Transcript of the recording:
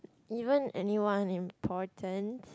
even anyone important